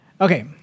Okay